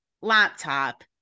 laptop